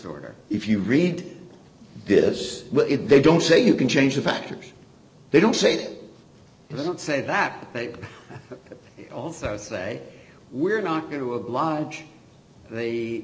order if you read this they don't say you can change the factors they don't say it doesn't say that they also say we're not going to oblige the